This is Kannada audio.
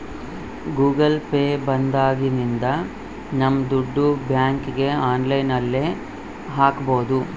ಗೂಗಲ್ ಪೇ ಬಂದಾಗಿನಿಂದ ನಮ್ ದುಡ್ಡು ಬ್ಯಾಂಕ್ಗೆ ಆನ್ಲೈನ್ ಅಲ್ಲಿ ಹಾಕ್ಬೋದು